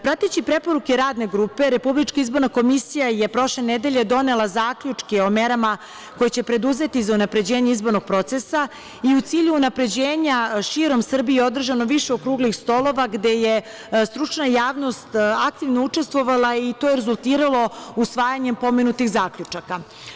Prateći preporuke Radne grupe RIK je prošle nedelje donela zaključke o merama koje će preduzeti za unapređenje izbornog procesa i u cilju unapređenja širom Srbije je održano više okruglih stolova gde je stručna javnost aktivno učestvovala, i to je rezultiralo usvajanjem pomenutih zaključaka.